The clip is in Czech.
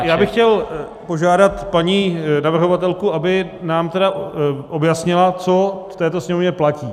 Já bych chtěl požádat paní navrhovatelku, aby nám tedy objasnila, co v této Sněmovně platí.